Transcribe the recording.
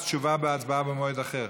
אז תשובה והצבעה במועד אחר.